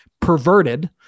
perverted